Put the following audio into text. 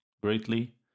greatly